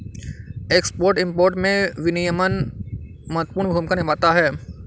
export import में विनियमन महत्वपूर्ण भूमिका निभाता है